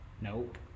Nope